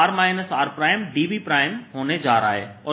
dV होने जा रहा है